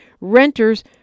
renters